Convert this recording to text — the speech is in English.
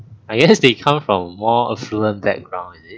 I guest they come from more affluent background is it